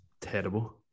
terrible